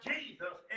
Jesus